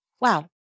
wow